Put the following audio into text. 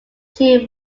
teen